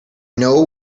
know